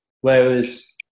Whereas